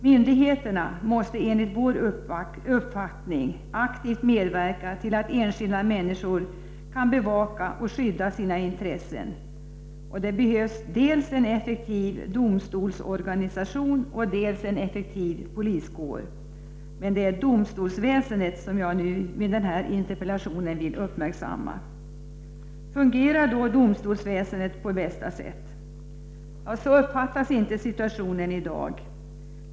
Myndigheterna måste enligt vår uppfattning aktivt medverka till att enskilda människor kan bevaka och skydda sina intressen. Det behövs dels en effektiv domstolsorganisation, dels en effektiv poliskår. Men det som jag vill uppmärksamma med min interpellation är domstolsväsendet. Fungerar domstolsväsendet på bästa sätt? Så uppfattas inte situationen i dag.